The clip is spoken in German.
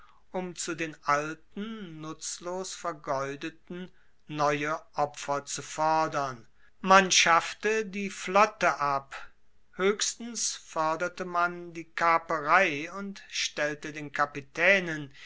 um zu den alten nutzlos vergeudeten neue opfer zu fordern man schaffte die flotte ab hoechstens foerderte man die kaperei und stellte den kapitaenen